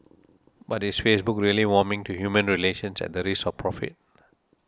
but is Facebook really warming to human relations at the risk of profit